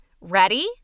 Ready